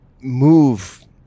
move